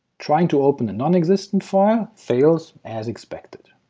trying to open a non-existent file fails, as expected.